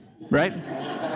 Right